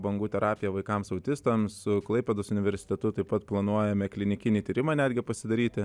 bangų terapija vaikams autistams su klaipėdos universitetu taip pat planuojame klinikinį tyrimą netgi pasidaryti